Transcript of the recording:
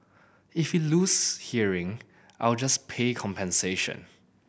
if he lose hearing I'll just pay compensation